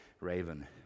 Raven